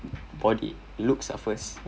body looks are first